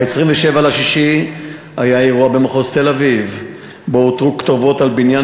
ב-27 ביוני היה אירוע במחוז תל-אביב שבו אותרו כתובות על בניין,